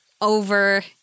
over